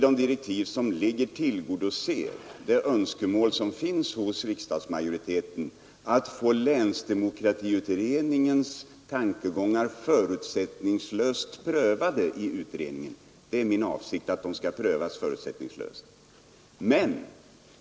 De direktiv som givits tillgodoser de önskemål som riksdagens majoritet har att få länsdemokratiutredningens tankegångar förutsättningslöst prövade i beredningen. Min avsikt är att de skall prövas förutsättningslöst.